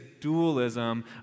dualism